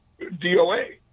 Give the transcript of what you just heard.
doa